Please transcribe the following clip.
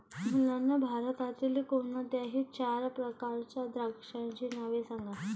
मुलांनो भारतातील कोणत्याही चार प्रकारच्या द्राक्षांची नावे सांगा